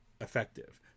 effective